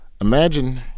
imagine